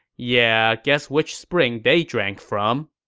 yeah, guess which spring they drank from.